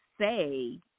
say